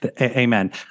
Amen